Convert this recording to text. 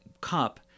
cup